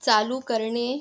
चालू करणे